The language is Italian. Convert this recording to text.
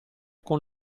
con